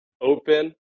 open